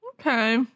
Okay